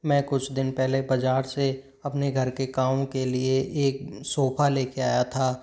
मैं कुछ दिन पहले बाजार से अपने घर के काम के लिए एक सोफा लेके आया था